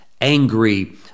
angry